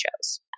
shows